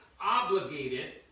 obligated